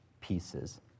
pieces